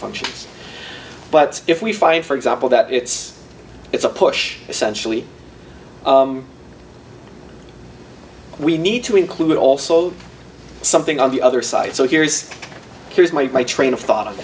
functions but if we find for example that it's it's a push essentially we need to include also something on the other side so here's here's my train of thought of